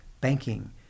banking